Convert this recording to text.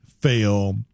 fail